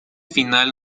final